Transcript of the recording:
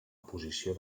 posició